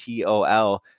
TOL